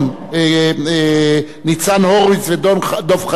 ניצן הורוביץ ודב חנין,